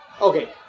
Okay